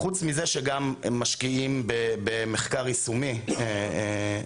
חוץ מזה שגם משקיעים במחקר יישומו בכלל,